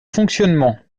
fonctionnement